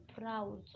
proud